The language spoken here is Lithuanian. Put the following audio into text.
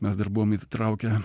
mes dar buvom įsitraukę